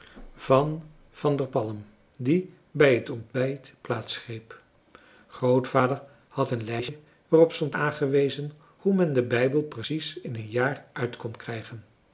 van van der palm die bij het ontbijt plaats greep grootvader had een lijstje waarop stond aangewezen hoe men den bijbel precies in een jaar uit kon krijgen